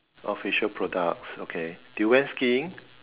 official products okay they went skiing